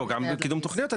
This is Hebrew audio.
לא, גם בקידום תוכניות.